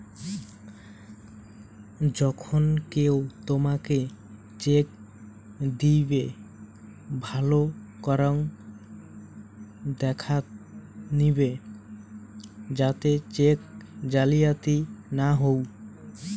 যখন কেও তোমকে চেক দিইবে, ভালো করাং দেখাত নিবে যাতে চেক জালিয়াতি না হউ